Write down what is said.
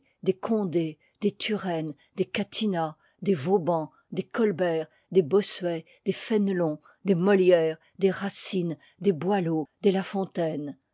des condé des turenne des catinat des vauban des colbert des bossuet des fënélon des molière des racine des boileau des la fontaine